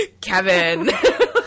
kevin